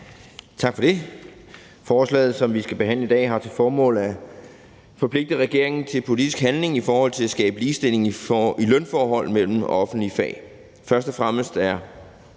Tak for det. Forslaget, som vi skal behandle i dag, har til formål at forpligte regeringen til politisk handling med henblik på at skabe ligestilling i lønforhold mellem offentlige fag. Først og fremmest er